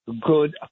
good